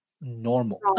normal